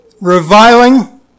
reviling